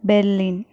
Berlin